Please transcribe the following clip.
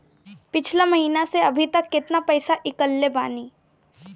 पिछला महीना से अभीतक केतना पैसा ईकलले बानी?